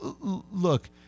Look